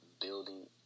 building